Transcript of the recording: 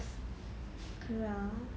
okay lah